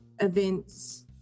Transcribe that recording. events